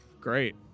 Great